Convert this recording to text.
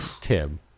Tim